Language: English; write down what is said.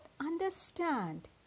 understand